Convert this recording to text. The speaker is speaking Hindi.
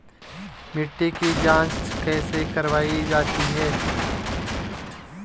मिट्टी की जाँच कैसे करवायी जाती है?